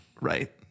right